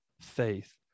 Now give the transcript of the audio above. faith